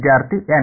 ವಿದ್ಯಾರ್ಥಿ ಎನ್